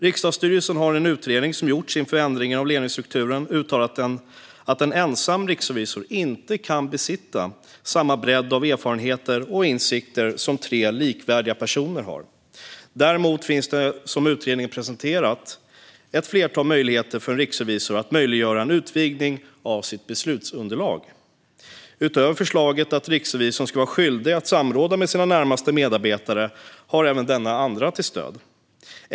Riksdagsstyrelsen har i den utredning som gjorts inför ändringen av ledningsstrukturen uttalat att en ensam riksrevisor inte kan besitta samma bredd av erfarenheter och insikter som tre likvärdiga personer har. Däremot finns det, som utredningen har presenterat, ett flertal möjligheter för en riksrevisor att möjliggöra en utvidgning av sitt beslutsunderlag. Utöver förslaget att riksrevisorn ska vara skyldig att samråda med sina närmaste medarbetare har denna även andra till stöd.